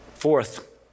Fourth